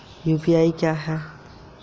UPI क्या है?